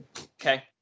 okay